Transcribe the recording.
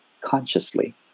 consciously